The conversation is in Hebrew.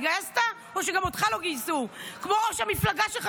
התגייסת או שגם אותך לא גייסו כמו את ראש המפלגה שלך,